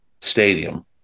Stadium